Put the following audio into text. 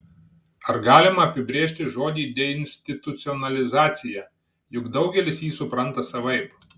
ar galima apibrėžti žodį deinstitucionalizacija juk daugelis jį supranta savaip